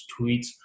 tweets